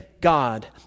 God